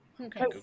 Okay